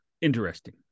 Interesting